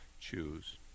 choose